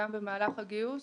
במהלך הגיוס,